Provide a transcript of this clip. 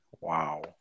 Wow